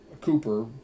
Cooper